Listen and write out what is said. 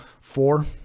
four